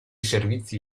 servizi